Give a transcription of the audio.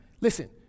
Listen